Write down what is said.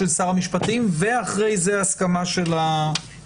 ואחרי זה נעבור להיבט השני,